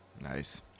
Nice